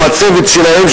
עם הצוות שלהם,